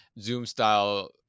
Zoom-style